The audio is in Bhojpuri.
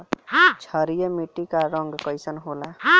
क्षारीय मीट्टी क रंग कइसन होला?